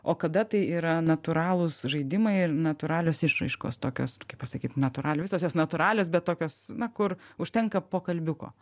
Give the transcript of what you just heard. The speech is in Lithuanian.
o kada tai yra natūralūs žaidimai ir natūralios išraiškos tokios kaip pasakyt natūraliai visos natūralios bet tokios na kur užtenka pokalbiuko